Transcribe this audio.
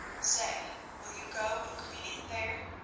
say, will you go and queen it there?